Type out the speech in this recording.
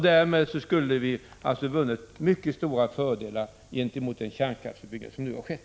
Därmed kunde vi ha vunnit stora fördelar gentemot den kärnkraftsutbyggnad som nu skett.